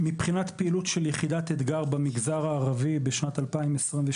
מבחינת פעילות של יחידת אתגר במגזר הערבי בשנת 2022,